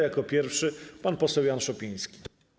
Jako pierwszy pan poseł Jan Szopiński.